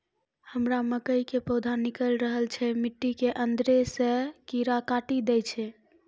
हमरा मकई के पौधा निकैल रहल छै मिट्टी के अंदरे से कीड़ा काटी दै छै?